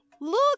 Look